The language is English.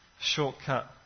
shortcut